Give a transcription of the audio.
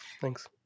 Thanks